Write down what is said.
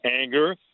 anger